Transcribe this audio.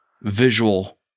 visual